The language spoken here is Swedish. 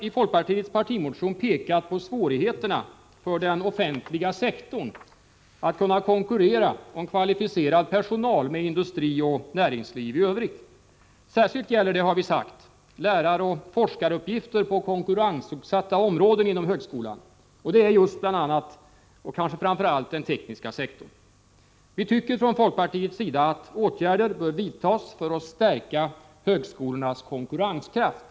I folkpartiets partimotion har vi pekat på svårigheterna för den offentliga sektorn att kunna konkurrera om kvalificerad personal med industrioch näringsliv i övrigt. Särskilt gäller det, har vi sagt, läraroch forskaruppgifter på konkurrensutsatta områden inom högskolan, framför allt inom den tekniska sektorn. Från folkpartiets sida tycker vi därför att åtgärder bör vidtas för att stärka högskolornas konkurrenskraft.